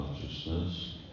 consciousness